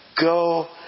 Go